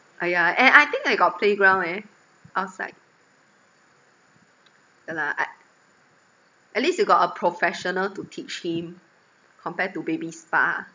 ah yeah and I think I got playground eh outside ya lah I at least you got a professional to teach him compared to baby spa